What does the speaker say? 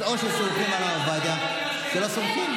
אז או שסומכים על הרב עובדיה או שלא סומכים.